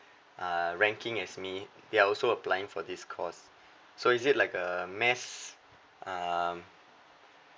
uh ranking as me they're also applying for this course so is it like a mass um